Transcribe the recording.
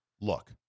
look